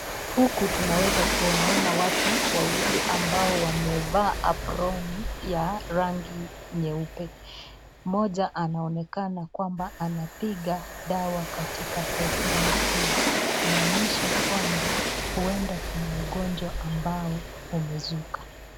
Huku tunaweza kuwaona watu wawili ambao wamevaa aproni ya rangi nyeupe. Mmoja anaonekana kwamba anapiga dawa katika sehemu hili, kumanisha kwamba, huenda Kuna ugonjwa ambao umezuka.